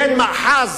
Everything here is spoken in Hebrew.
בין מאחז,